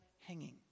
hanging